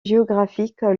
géographique